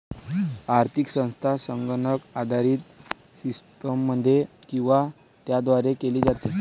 आर्थिक संस्था संगणक आधारित सिस्टममध्ये किंवा त्याद्वारे केली जाते